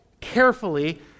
carefully